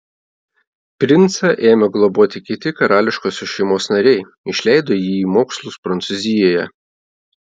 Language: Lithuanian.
princą ėmė globoti kiti karališkosios šeimos nariai išleido jį į mokslus prancūzijoje